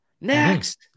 Next